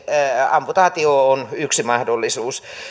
amputaatio on yksi mahdollisuus